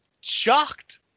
shocked